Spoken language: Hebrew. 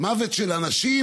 מוות של אנשים,